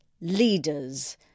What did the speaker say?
leaders